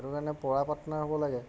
সেইটো কাৰণে পৰা পাটনাৰ হ'ব লাগে